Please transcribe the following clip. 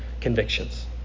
convictions